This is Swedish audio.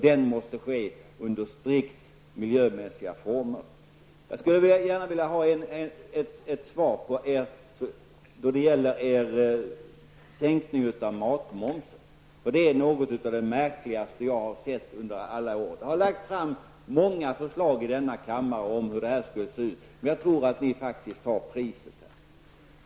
Den måste ske under strikt miljömässiga former. Jag skulle gärna vilja ha besked avseende er sänkning av matmomsen. Det är något av det märkligaste jag har sett under alla år. Det har lagts fram många förslag i denna kammare om hur det skulle se ut, men jag tror faktiskt att ni tar priset.